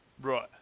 right